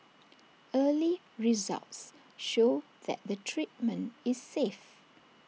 early results show that the treatment is safe